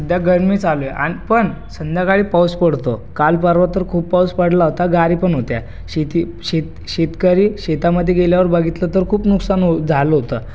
सध्या गरमी चालू आहे आणि पण संध्याकाळी पाऊस पडतो कालपरवा तर खूप पाऊस पडला होता गारी पण होत्या शेती शेत शेतकरी शेतामध्ये गेल्यावर बघितले तर खूप नुकसान हो झालं होतं